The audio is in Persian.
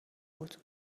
بود